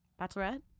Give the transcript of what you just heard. Bachelorette